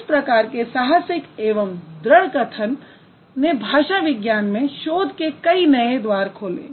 इस प्रकार के साहसिक एवं दृड़ कथन ने भाषा विज्ञान में शोध के कई नए द्वार खोले